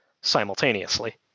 simultaneously